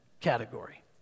category